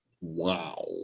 wow